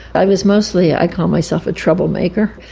i was mostly, i call myself a troublemaker,